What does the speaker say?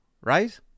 right